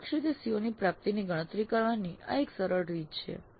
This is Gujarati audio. પરોક્ષ રીતે CO ની પ્રાપ્તિની ગણતરી કરવાની આ એક સરળ રીત છે